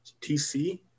TC